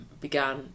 began